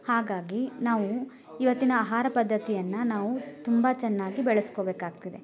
ಹಾಗಾಗಿ ನಾವು ಇವತ್ತಿನ ಆಹಾರ ಪದ್ಧತಿಯನ್ನ ನಾವು ತುಂಬ ಚೆನ್ನಾಗಿ ಬಳಸ್ಕೊಬೇಕಾಗ್ತದೆ